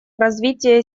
развитие